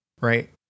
right